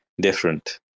different